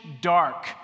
dark